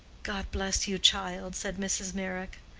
god bless you, child! said mrs. meyrick,